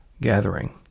gathering